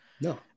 No